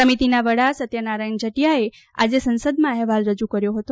સમિતિના વડા સત્યનારાયણ જતીયાએ આજે સંસદમાં અહેવાલ રજૂ કર્યો હતો